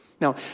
Now